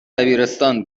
دبیرستان